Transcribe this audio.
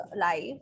life